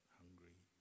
hungry